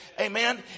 Amen